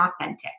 authentic